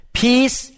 peace